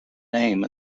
name